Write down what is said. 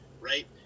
right